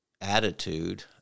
attitude